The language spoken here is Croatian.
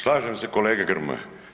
Slažem se kolega Grmoja.